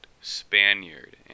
spaniard